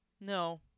no